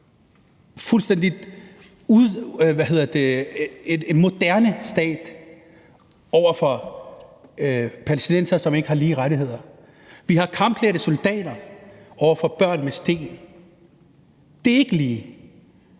højteknologisk moderne stat over for palæstinensere, som ikke har de samme rettigheder. Vi har kampklædte soldater over for børn med sten. Det er ikke lige.